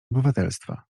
obywatelstwa